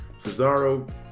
Cesaro